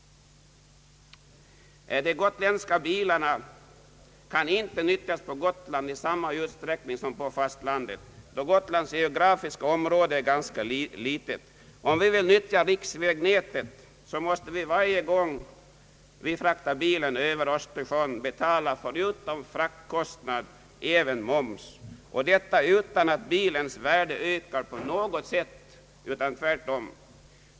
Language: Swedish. De gotländska bilarna kan inte nyttjas på Gotland i samma utsträckning som på fastlandet, då Gotlands geografiska område är ganska litet. Om vi vill nyttja riksvägnätet måste vi varje gång vi fraktar bilen över Östersjön betala förutom fraktkostnad även moms, och detta utan att bilens värde ökar på något sätt utan tvärtom.